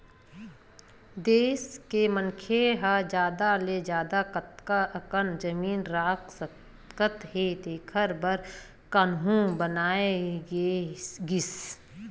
देस के मनखे ह जादा ले जादा कतना अकन जमीन राख सकत हे तेखर बर कान्हून बनाए गिस